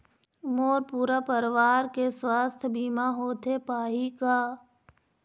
मोर पूरा परवार के सुवास्थ बीमा होथे पाही का?